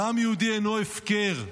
דם יהודי אינו הפקר,